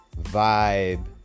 vibe